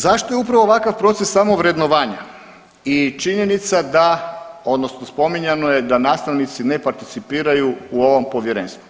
Zašto je upravo ovakav proces samo vrednovanja i činjenica da odnosno spominjano je da nastavnici ne participiraju u ovom povjerenstvu?